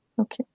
okay